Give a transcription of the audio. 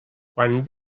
quan